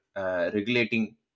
regulating